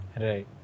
Right